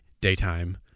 daytime